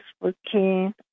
working